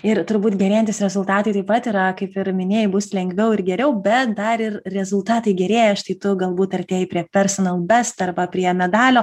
ir turbūt gerėjantys rezultatai taip pat yra kaip ir minėjai bus lengviau ir geriau bet dar ir rezultatai gerėja štai tu galbūt artėji prie personal best arba prie medalio